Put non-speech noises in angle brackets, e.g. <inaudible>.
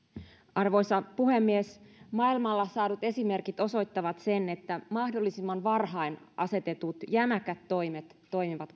arvoisa puhemies maailmalla saadut esimerkit osoittavat sen että mahdollisimman varhain asetetut jämäkät toimet toimivat <unintelligible>